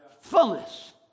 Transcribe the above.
fullness